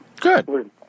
good